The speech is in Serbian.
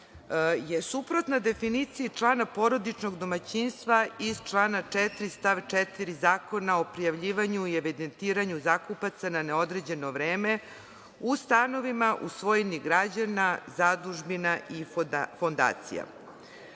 je suprotna definiciji člana porodičnog domaćinstva iz člana 4. stav 4. Zakona o prijavljivanju i evidentiranju zakupaca na neodređeno vreme u stanovima u svojini građana, zadužbina i fondacija.